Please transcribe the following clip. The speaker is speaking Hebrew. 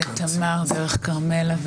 לתמר דרך כרמלה,